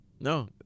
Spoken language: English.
No